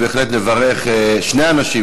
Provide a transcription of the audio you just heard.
ובהחלט נברך שני אנשים,